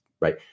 right